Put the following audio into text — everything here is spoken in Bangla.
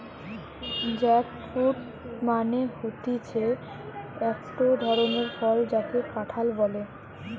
জ্যাকফ্রুট মানে হতিছে একটো ধরণের ফল যাকে কাঁঠাল বলে